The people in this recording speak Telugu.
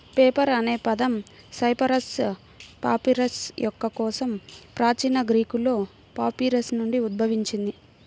పేపర్ అనే పదం సైపరస్ పాపిరస్ మొక్క కోసం ప్రాచీన గ్రీకులో పాపిరస్ నుండి ఉద్భవించింది